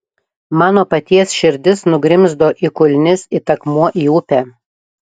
mano paties širdis nugrimzdo į kulnis it akmuo į upę